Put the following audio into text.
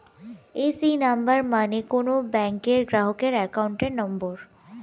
AC number মানে কোন ব্যাংকের গ্রাহকের অ্যাকাউন্ট নম্বর